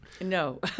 No